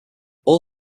all